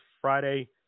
Friday